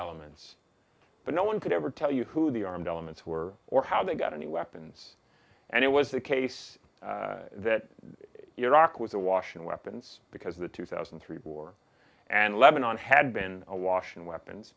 elements but no one could ever tell you who the armed elements were or how they got any weapons and it was the case that iraq was awash in weapons because the two thousand and three war and lebanon had been awash in weapons